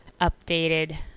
updated